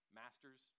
masters